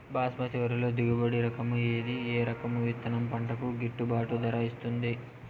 బాస్మతి వరిలో దిగుబడి రకము ఏది ఏ రకము విత్తనం పంటకు గిట్టుబాటు ధర ఇస్తుంది